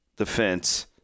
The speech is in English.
defense